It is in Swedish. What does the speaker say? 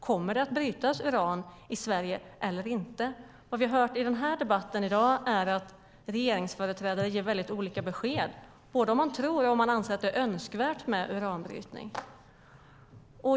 Kommer det att brytas uran i Sverige eller inte? Det som vi har hört i den här debatten i dag är att regeringsföreträdare ger mycket olika besked, både om man tror och om man anser att det är önskvärt med uranbrytning.